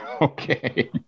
Okay